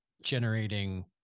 generating